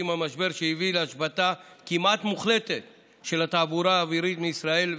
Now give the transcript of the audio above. שהביא להשבתה כמעט מוחלטת של התעבורה האווירית מישראל ואליה.